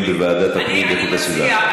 יהיה בוועדת הפנים ואיכות הסביבה.